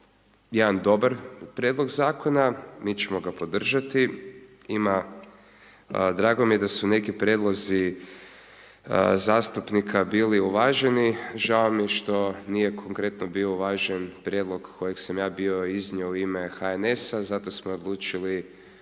jedan dobar prijedlog zakona, mi ćemo ga podržati, drago mi je da su neki prijedlozi zastupnika bili uvaženi, žao mi je što nije konkretno bio uvažen prijedlog kojeg sam ja bio iznio u ime HNS-a, zato smo odlučili